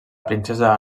princesa